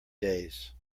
days